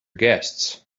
guests